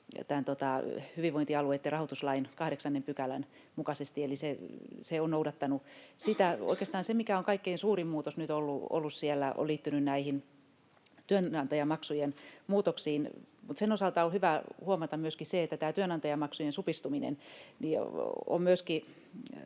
hyvinvointialueitten rahoituslain 8 §:n mukaisesti, eli se on noudattanut sitä. Oikeastaan se, mikä on kaikkein suurin muutos nyt ollut siellä, on liittynyt näihin työnantajamaksujen muutoksiin. Mutta sen osalta on hyvä huomata myöskin se, että tämä työnantajamaksujen supistuminen on myöskin